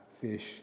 fish